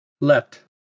Left